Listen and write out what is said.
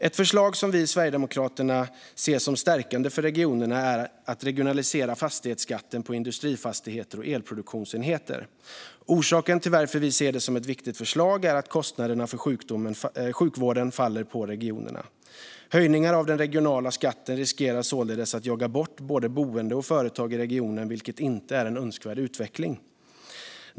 Ett förslag som vi i Sverigedemokraterna ser som stärkande för regionerna är att regionalisera fastighetsskatten på industrifastigheter och elproduktionsenheter. Orsaken till att vi ser det som ett viktigt förslag är att kostnaderna för sjukvården faller på regionerna. Höjningar av den regionala skatten riskerar således att jaga bort både boende och företag i regionen, vilket inte är en önskvärd utveckling.